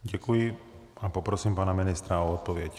Děkuji a poprosím pana ministra o odpověď.